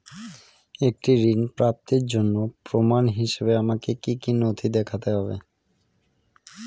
একটি ঋণ প্রাপ্তির জন্য প্রমাণ হিসাবে আমাকে কী কী নথি দেখাতে হবে?